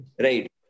Right